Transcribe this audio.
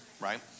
right